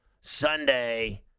Sunday